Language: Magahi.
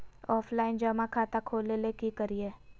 ऑफलाइन जमा खाता खोले ले की करिए?